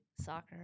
soccer